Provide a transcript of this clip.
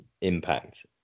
impact